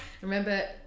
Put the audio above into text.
remember